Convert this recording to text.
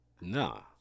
No